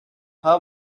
how